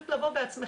פשוט לבוא בעצמך,